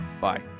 Bye